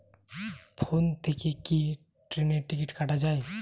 Phone থেকে কি ট্রেনের টিকিট কাটা য়ায়?